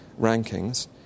rankings